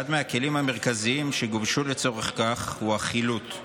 אחד הכלים המרכזיים שגובשו לצורך כך הוא החילוט,